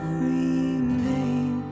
remain